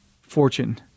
fortune